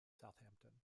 southampton